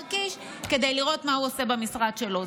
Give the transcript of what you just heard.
קיש כדי לראות מה הוא עושה במשרד שלו.